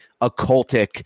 occultic